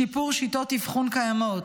שיפור שיטות אבחון קיימות